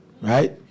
Right